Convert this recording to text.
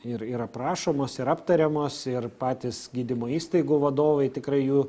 ir ir aprašomos ir aptariamos ir patys gydymo įstaigų vadovai tikrai jų